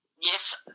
Yes